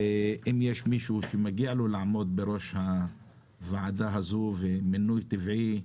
אם יש מישהו שמגיע לו לעמוד בראש הוועדה הזאת והוא באמת מינוי טבעי,